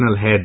head